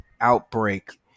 outbreak